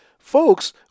Folks